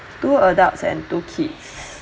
two adults and two kids